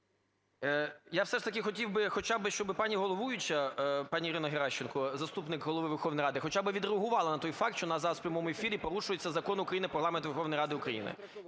Я все ж таки хотів би хоча би, щоб пані головуюча, пані Ірина Геращенко, заступник Голови Верховної Ради, хоча би відреагувала на той факт, що у нас зараз в прямому ефірі порушується Закон України "Про Регламент Верховної Ради України".